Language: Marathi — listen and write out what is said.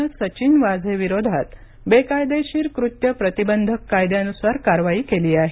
नं सचिन वाझे विरोधात बेकायदेशीर कृत्य प्रतिबंधक कायद्यानुसार कारवाई केली आहे